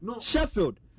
Sheffield